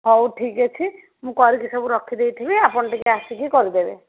ହଉ ଠିକ୍ ଅଛି ମୁଁ କରିକି ସବୁ ରଖି ଦେଇଥିବି ଆପଣ ଟିକେ ଆସିକି କରିଦେବେ